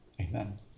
Amen